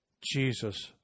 Jesus